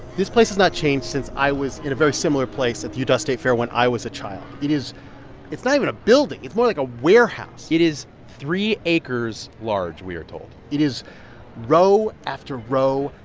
this place has not changed since i was in a very similar place at the utah state fair when i was a child. it is it's not even a building. it's more like a warehouse it is three acres large, we are told it is row after row,